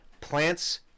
plants